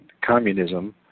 communism